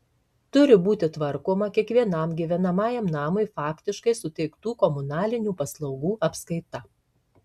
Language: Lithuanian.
turi būti tvarkoma kiekvienam gyvenamajam namui faktiškai suteiktų komunalinių paslaugų apskaita